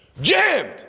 Jammed